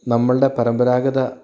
നമ്മളുടെ പരമ്പരാഗത